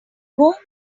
going